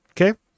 okay